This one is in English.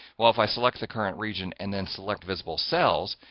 well, if i select the current region and then select visible cells,